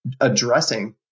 addressing